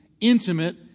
intimate